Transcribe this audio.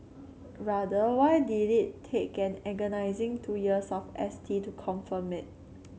rather why did it take an agonising two years of S T to confirm it